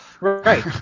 Right